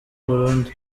burundu